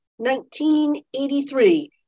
1983